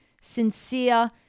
sincere